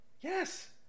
Yes